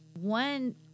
one